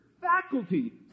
faculty